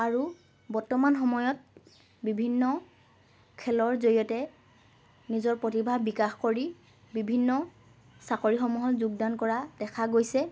আৰু বৰ্তমান সময়ত বিভিন্ন খেলৰ জৰিয়তে নিজৰ প্ৰতিভা বিকাশ কৰি বিভিন্ন চাকৰিসমূহত যোগদান কৰা দেখা গৈছে